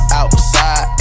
outside